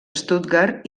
stuttgart